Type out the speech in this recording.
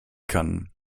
kann